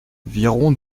virons